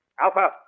Alpha